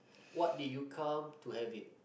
what do you come to have it